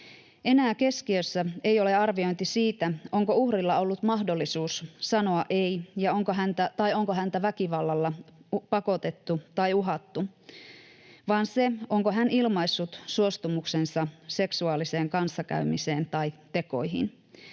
Enää keskiössä ei ole arviointi siitä, onko uhrilla ollut mahdollisuus sanoa ei tai onko häntä väkivallalla pakotettu tai uhattu, vaan se, onko hän ilmaissut suostumuksensa seksuaaliseen kanssakäymiseen tai tekoihin.